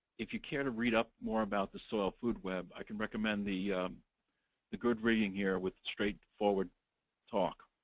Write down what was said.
if you care to read up more about the soil food web, i can recommend the the good reading here, with straight forward talk.